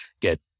get